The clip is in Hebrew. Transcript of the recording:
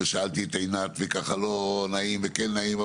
ושאלתי את עינת, וככה לא נעים וכן נעים.